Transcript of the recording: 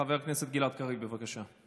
חבר הכנסת גלעד קריב, בבקשה.